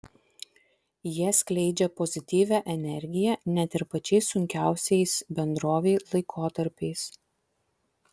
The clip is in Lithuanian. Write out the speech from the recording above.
jie skleidžia pozityvią energiją net ir pačiais sunkiausiais bendrovei laikotarpiais